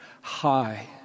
high